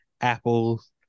apples